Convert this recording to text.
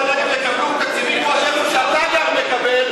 כשהגליל והנגב יקבלו תקציבים כמו שמי שגר איפה שאתה גר מקבל,